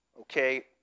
okay